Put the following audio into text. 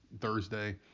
Thursday